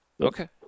Okay